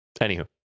Anywho